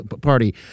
party